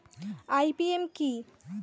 IPM কি?